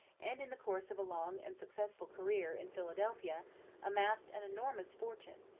and in the course of a long and successful career in philadelphia amassed an enormous fortune,